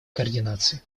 координации